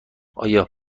آیا